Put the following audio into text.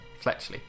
Fletchley